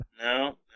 no